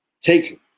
take